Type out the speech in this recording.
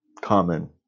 common